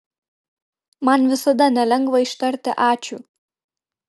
man visada nelengva ištarti ačiū